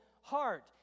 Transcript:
heart